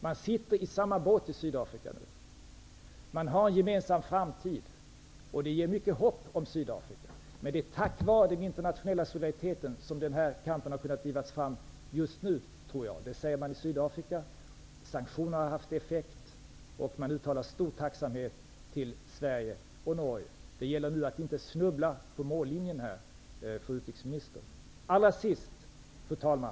Man sitter i samma båt i Sydafrika, och man har en gemensam framtid, vilket ger mycket hopp om Sydafrika. Det är dock tack vare den internationella solidariteten som kampen har kunnat drivas just nu, enligt vad man säger i Sydafrika. Sanktionerna har haft effekt. Tacksamheten mot Sverige och Norge är stor. Det gäller nu att inte snubbla på mållinjen, fru utrikesminister. Fru talman!